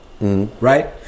right